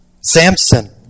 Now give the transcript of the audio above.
Samson